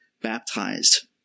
baptized